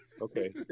Okay